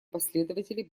последователи